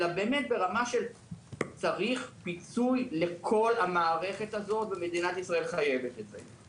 אלא באמת ברמה שצריך פיצוי לכל המערכת הזאת ומדינת ישראל חייבת את זה.